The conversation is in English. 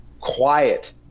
Quiet